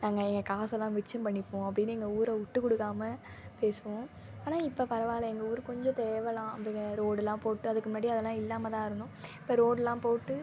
நாங்கள் எங்கள் காசெல்லாம் மிச்சம் பண்ணிப்போம் அப்படினு எங்கள் ஊரை விட்டு கொடுக்காம பேசுவோம் ஆனால் இப்போ பரவாயில்ல எங்கள் ஊர் கொஞ்சம் தேவலாம் அப்டேயே ரோடெல்லாம் போட்டு அதுக்கு முன்னாடி அதெல்லாம் இல்லாமல் தான் இருந்தோம் இப்போ ரோடெலாம் போட்டு